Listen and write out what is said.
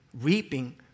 reaping